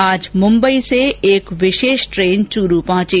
आज मुंबई से एक विशेष ट्रेन चूरू पहंची